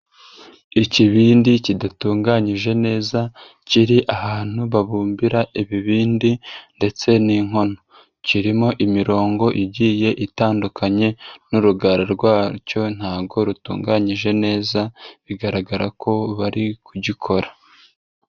Ikibindi kidatunganyije neza, kiri ahantu babumbira ibibindi ndetse n'inkono, kirimo imirongo igiye itandukanye, n'urugara rwacyo ntago rutunganyije neza, bigaragara ko bari kugikora.